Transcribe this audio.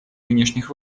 нынешних